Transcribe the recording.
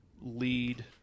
lead